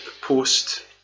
Post